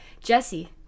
Jesse